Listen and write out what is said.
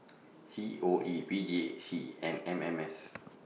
C O E P J C and M M S